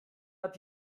hat